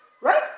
Right